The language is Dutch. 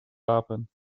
rapen